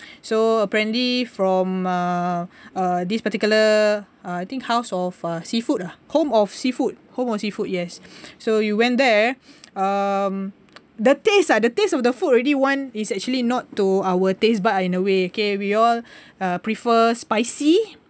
so apparently from uh uh this particular uh I think house of uh seafood ah home of seafood home of seafood yes so we went there um the taste ah the taste of the food already one is actually not to our taste bud ah in a way okay we all uh prefer spicy